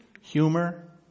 humor